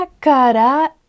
kara